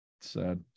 Sad